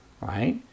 right